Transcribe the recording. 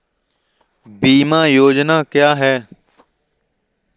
बीमा योजना क्या है?